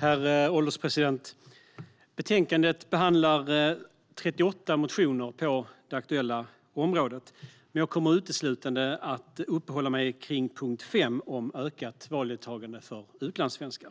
Herr ålderspresident! Betänkandet behandlar 38 motioner på det aktuella området. Jag kommer uteslutande att upprätthålla mig vid punkt 5 om ökat valdeltagande för utlandssvenskar.